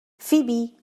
فیبی